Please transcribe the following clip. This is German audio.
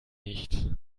nicht